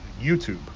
YouTube